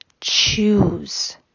choose